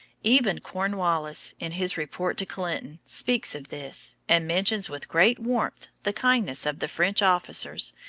even cornwallis, in his report to clinton, speaks of this, and mentions with great warmth the kindness of the french officers,